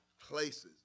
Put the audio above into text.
places